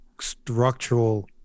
structural